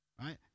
right